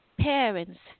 parents